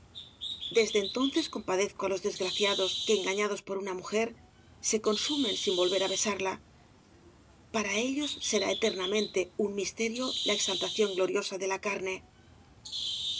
desde entcnces compadezco á los desgraciados que engañados por una mujer se consumen sin volver á besarla para ellos será eternamente un misterio la exaltación gloriosa de la carne